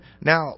Now